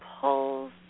pulls